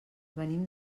venim